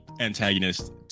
antagonist